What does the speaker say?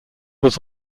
was